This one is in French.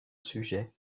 sujet